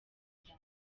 inda